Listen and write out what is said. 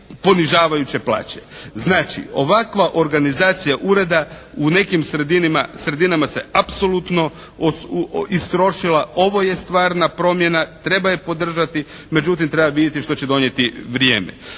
Znači ovakva organizacija ureda u nekim sredinama se apsolutno istrošila. Ovo je stvarna promjena, treba je podržati, međutim treba vidjeti što će donijeti vrijeme.